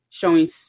showing